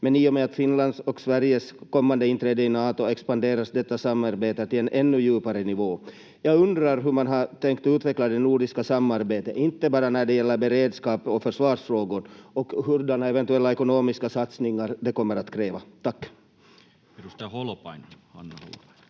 men i och med Finlands och Sveriges kommande inträde i Nato expanderas detta samarbete till en ännu djupare nivå. Jag undrar hur man tänkt utveckla det nordiska samarbetet, inte bara när det gäller beredskap och försvarsfrågor, och hurdana eventuella ekonomiska satsningar det kommer att kräva. — Tack.